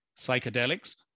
psychedelics